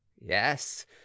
yes